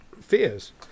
fears